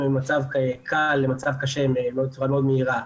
ממצב קל למצב קשה בצורה מאוד מהירה,